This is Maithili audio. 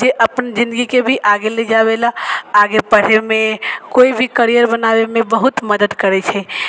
जे अपन जिंदगी के भी आगे ले जाबे ले आगे पढ़े मे कोइ भी करियर बनाबे मे बहुत मदद करै छै